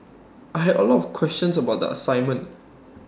I had A lot of questions about the assignment